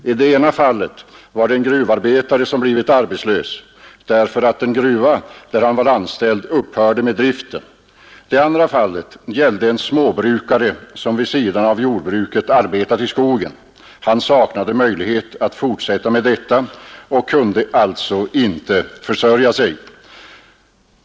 I det ena fallet var det en gruvarbetare som blivit arbetslös därför att den gruva, där han var anställd, upphörde med driften. Det andra fallet gällde en småbrukare som vid sidan om jordbruket arbetat i skogen. Han saknade möjlighet att fortsätta med detta och kunde alltså inte försörja sig.